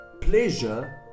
pleasure